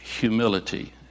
humility